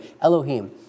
Elohim